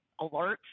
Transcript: alerts